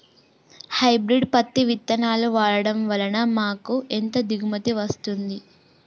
Hybrid పత్తి విత్తనాలు వాడడం వలన మాకు ఎంత దిగుమతి వస్తుంది?